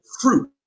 fruit